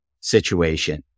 situation